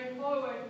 forward